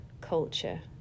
culture